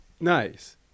Nice